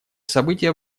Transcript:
события